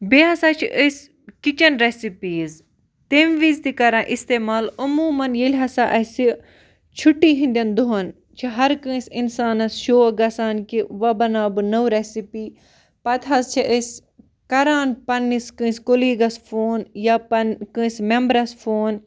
بیٚیہِ ہسا چھِ أسۍ کِچَن رٮ۪سِپیٖز تَمہِ وِزِ تہِ کران استعمال عموٗماً ییٚلہِ ہسا اَسہِ چھُٹی ہِنٛدٮ۪ن دۄہَن چھِ ہر کٲنٛسہِ اِنسانَس شوق گژھان کہِ وۄنۍ بناو بہٕ نٔو رٮ۪سِپی پَتہٕ حظ چھِ أسۍ کران پنٛنِس کٲنٛسہِ کُلیٖگَس فون یا پن کٲنٛسہِ ممبرَس فون